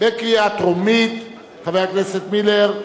של חבר הכנסת מילר.